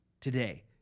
today